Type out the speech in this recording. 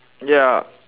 ya